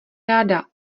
ráda